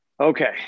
Okay